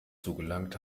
zugelangt